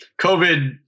COVID